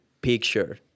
picture